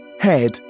head